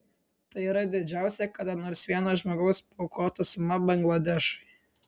tai yra didžiausia kada nors vieno žmogaus paaukota suma bangladešui